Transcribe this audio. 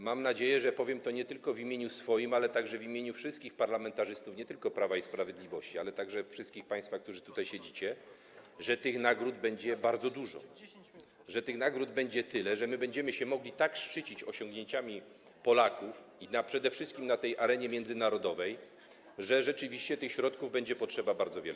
Mam nadzieję, że powiem to nie tylko w imieniu swoim, ale także w imieniu wszystkich parlamentarzystów, nie tylko Prawa i Sprawiedliwości, ale także wszystkich państwa, którzy tutaj siedzicie, że tych nagród będzie bardzo dużo, że tych nagród będzie tyle, że będziemy się mogli tak szczycić osiągnięciami Polaków, przede wszystkim na arenie międzynarodowej, że rzeczywiście tych środków będzie potrzeba bardzo wiele.